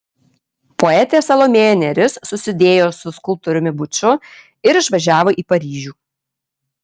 poetė salomėja nėris susidėjo su skulptoriumi buču ir išvažiavo į paryžių